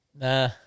nah